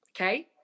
Okay